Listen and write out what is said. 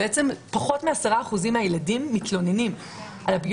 פחות מ-10% מהילדים מתלוננים על הפגיעות.